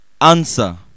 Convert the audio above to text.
Answer